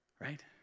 right